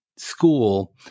School